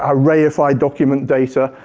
ah rayified document data,